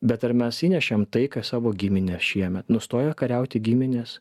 bet ar mes įnešėm taiką į savo giminę šiemet nustojo kariauti giminės